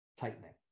tightening